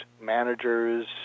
managers